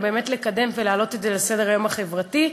אלא באמת לקדם ולהעלות את זה לסדר-היום החברתי,